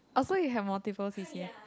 oh so you have multiple c_c_a